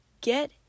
Get